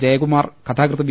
ജയകുമാർ കഥാകൃത്ത് വി